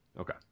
Okay